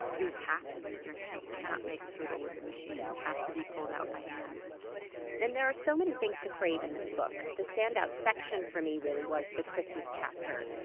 you have to use your hands. you cannot make strudel with a machine, it has to be pulled out by hand and there are so many things to crave in this book. the stand out section for me was the christmas chapter,